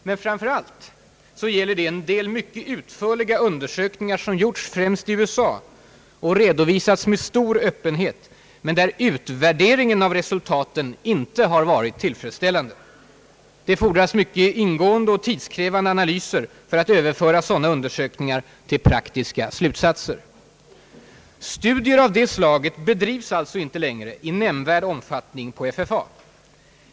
Men framför allt gäller det en del mycket utförliga undersökningar som gjorts främst i USA och redovisats med stor öppenhet men där utvärderingen av resultaten inte har varit tillfredsställande. Det fordras mycket ingående och tidskrävande analyser för att överföra sådana undersökningar till praktiska slutsatser. Studier av det slaget bedrivs alltså inte längre i nämnvärd omfattning på FFA.